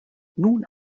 nun